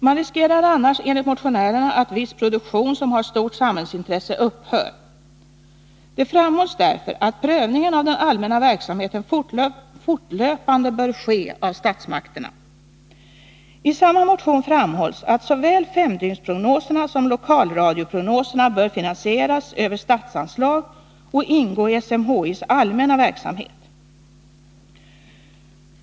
Man riskerar annars enligt motionärerna att viss produktion som har stort samhällsintresse upphör. Det framhålls därför att prövning av den allmänna verksamheten fortlöpande bör ske av statsmakterna. I samma motion framhålls att såväl femdygnsprognoserna som lokalradioprognoserna bör finansieras över statsanslag och ingå i SMHI:s allmänna verksamhet.